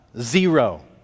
zero